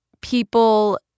people